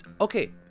Okay